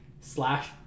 slash